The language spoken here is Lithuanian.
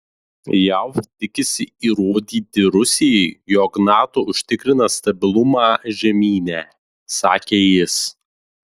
jav tikisi įrodyti rusijai jog nato užtikrina stabilumą žemyne sakė jis